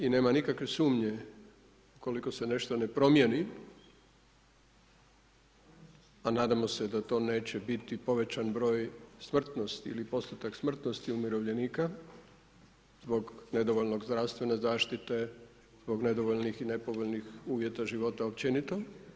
I nema nikakve sumnje u koliko se nešto ne promijeni, a nadamo se da to neće biti, povećan broj smrtnosti ili postotak smrtnosti umirovljenika zbog nedovoljne zdravstvene zaštite, zbog nedovoljnih i nepovoljnih uvjeta života općenito.